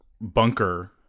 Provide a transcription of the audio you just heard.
bunker